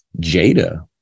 jada